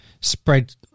spread